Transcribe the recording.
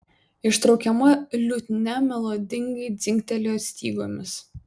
ištraukiama liutnia melodingai dzingtelėjo stygomis